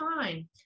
time